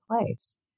place